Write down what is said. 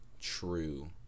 true